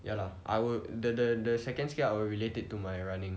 ya lah I will the the second skill I will relate it to my running